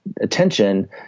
attention